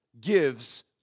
gives